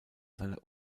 seiner